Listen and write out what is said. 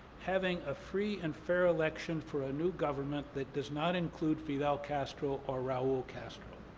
having a free and fair election for a new government that does not include fidel castro or raul castro.